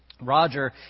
Roger